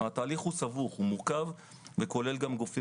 התהליך סבוך ומורכב וכולל גם גופים